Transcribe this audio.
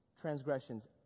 transgressions